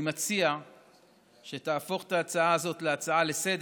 אני מציע שתהפוך את ההצעה הזאת להצעה לסדר-היום.